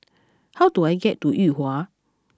how do I get to Yuhua